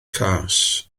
cas